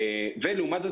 לעומת זאת,